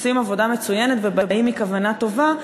עושים עבודה מצוינת ובאים בכוונה טובה.